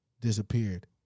disappeared